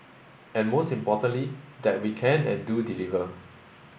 and most importantly that we can and do deliver